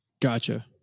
Gotcha